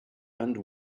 and